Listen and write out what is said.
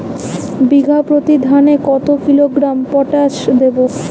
বিঘাপ্রতি ধানে কত কিলোগ্রাম পটাশ দেবো?